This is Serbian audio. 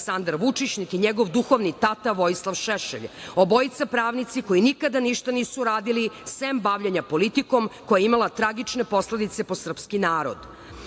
njegov duhovni tata Vojislav Šešelj, obojica pravnici koji nikada ništa nisu radili sem bavljenja politikom koja je imala tragične posledice po srpski